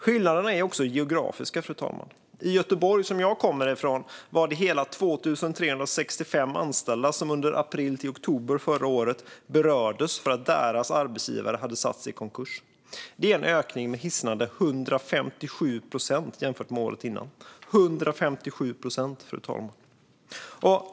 Skillnaderna är också geografiska, fru talman. I Göteborg, som jag kommer från, var det hela 2 365 anställda som under april till oktober förra året berördes för att deras arbetsgivare sattes i konkurs. Det är en ökning med hisnande 157 procent jämfört med året innan. 157 procent, fru talman!